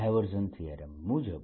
divergence theorem મુજબ